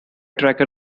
tracker